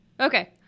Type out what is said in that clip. Okay